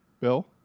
Bill